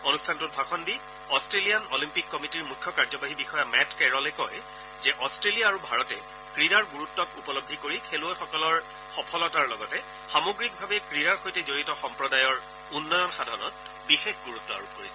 অনুষ্ঠানটোত ভাষণ দি অট্টেলিয়ান অলিম্পিক কমিটিৰ মুখ্য কাৰ্যবাহী বিষয়া মেট কেৰলে কয় যে অট্টেলিয়া আৰু ভাৰতে ক্ৰীড়াৰ গুৰুত্বক উপলধ্ধি কৰি খেলুৱৈসকলৰ সফলতাৰ লগতে সামগ্ৰিকভাৱে ক্ৰীড়াৰ সৈতে জড়িত সম্প্ৰদায়ৰ উন্নয়ন সাধনত বিশেষ গুৰুত্ব আৰোপ কৰিছে